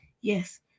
yes